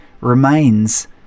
remains